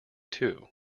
too